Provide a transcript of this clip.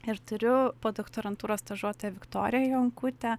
ir turiu podoktorantūros stažuotoją viktoriją jonkutę